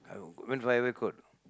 went for highway code or not